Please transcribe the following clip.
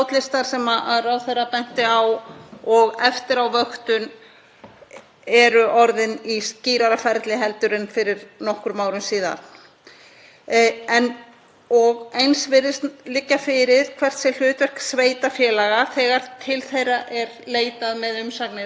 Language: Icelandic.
Eins virðist liggja fyrir hvert sé hlutverk sveitarfélaga þegar til þeirra er leitað með umsagnir eða framkvæmdaleyfi. Ég heyri þó að sveitarfélög hafa nokkrar áhyggjur af því að þetta sé ekki nægilega skýrt þannig að það gæti verið ástæða til að skoða það nánar.